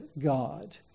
God